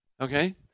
Okay